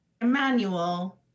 emmanuel